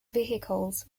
vehicles